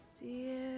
dear